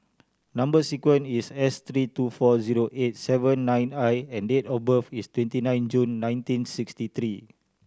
number sequence is S three two four zero eight seven nine I and date of birth is twenty nine June nineteen sixty three